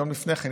יום לפני כן,